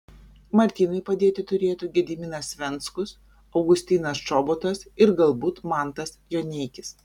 martynui padėti turėtų gediminas venckus augustinas čobotas ir galbūt mantas joneikis